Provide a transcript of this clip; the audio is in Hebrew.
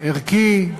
ערכי,